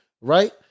right